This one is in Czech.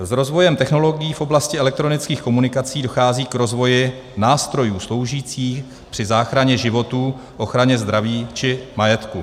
S rozvojem technologií v oblasti elektronických komunikací dochází k rozvoji nástrojů sloužících při záchraně životů, ochraně zdraví či majetku.